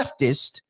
leftist